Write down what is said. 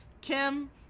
Kim